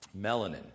Melanin